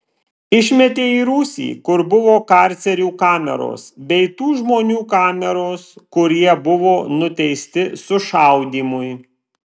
išmetė į rūsį kur buvo karcerių kameros bei tų žmonių kameros kurie buvo nuteisti sušaudymui